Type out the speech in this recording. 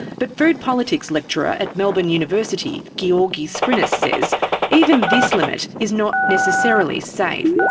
but food politics lecturer at melbourne university gyorgy scrinis says even this limit is not necessarily safe.